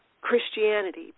Christianity